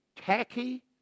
Tacky